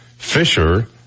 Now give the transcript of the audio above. Fisher